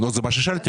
זה מה ששאלתי.